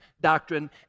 doctrine